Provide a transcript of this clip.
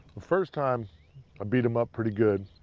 first time i beat him up pretty good.